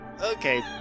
Okay